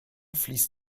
fließt